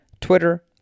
Twitter